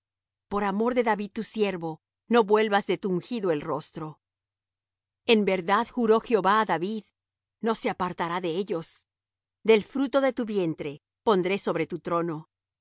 por amor de david tu siervo no vuelvas de tu ungido el rostro en verdad juró jehová á david no se apartará de ellos del fruto de tu vientre pondré sobre tu trono